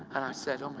and i said, um